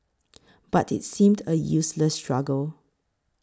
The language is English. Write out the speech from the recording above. but it seemed a useless struggle